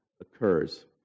occurs